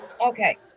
Okay